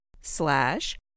slash